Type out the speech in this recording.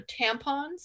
tampons